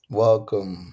welcome